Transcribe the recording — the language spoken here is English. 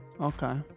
Okay